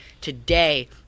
today